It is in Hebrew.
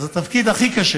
אז התפקיד הכי קשה